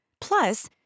Plus